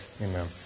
Amen